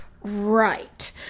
Right